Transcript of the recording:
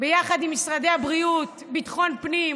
ביחד עם משרדי הבריאות, ביטחון הפנים,